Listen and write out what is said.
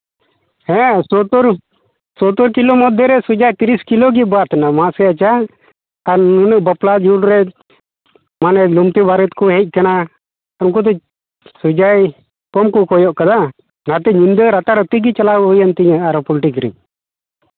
ᱦᱮᱸ ᱥᱳᱛᱛᱳᱨ ᱥᱳᱛᱛᱳᱨ ᱠᱤᱞᱳ ᱢᱚᱫᱽᱫᱷᱮ ᱨᱮ ᱥᱤᱢᱟᱜ ᱛᱤᱨᱤᱥ ᱠᱤᱞᱳ ᱜᱮ ᱵᱟᱫᱽ ᱱᱟ ᱢᱟ ᱥᱮ ᱟᱨ ᱱᱩᱱᱟᱹᱜ ᱵᱟᱯᱞᱟ ᱵᱷᱤᱲᱨᱮ ᱢᱟᱱᱮ ᱞᱩᱢᱛᱤ ᱵᱟᱨᱮᱛ ᱠᱚ ᱦᱮᱡ ᱠᱟᱱᱟ ᱩᱱᱠᱩ ᱫᱚ ᱵᱮᱡᱟᱭ ᱠᱚᱢ ᱠᱚ ᱠᱚᱭᱚᱜ ᱠᱟᱫᱟ ᱚᱱᱟᱛᱮ ᱧᱤᱫᱟᱹ ᱨᱟᱛᱟᱨᱟᱹᱛᱤ ᱜᱮ ᱪᱟᱞᱟᱣ ᱦᱩᱭᱮᱱ ᱛᱤᱧᱟᱹ ᱟᱨᱚ ᱯᱳᱞᱴᱨᱤ ᱠᱤᱨᱤᱧ